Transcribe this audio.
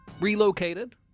Relocated